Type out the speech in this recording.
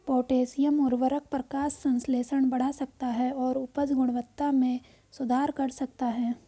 potassium उवर्रक प्रकाश संश्लेषण बढ़ा सकता है और उपज गुणवत्ता में सुधार कर सकता है